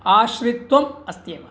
आश्रितत्वम् अस्त्येव